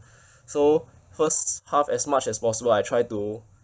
so first half as much as possible I try to